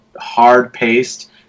hard-paced